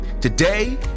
Today